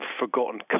forgotten